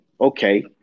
okay